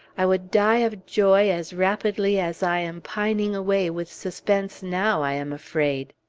i would die of joy as rapidly as i am pining away with suspense now, i am afraid!